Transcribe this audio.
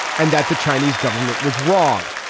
and that the chinese government was wrong.